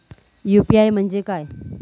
UPI म्हणजे काय?